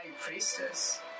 priestess